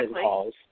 calls